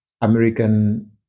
American